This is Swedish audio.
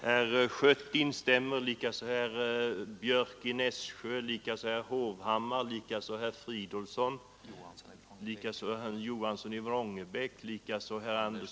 Herr talman!